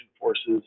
Forces